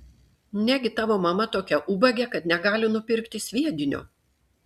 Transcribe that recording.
negi tavo mama tokia ubagė kad negali nupirkti sviedinio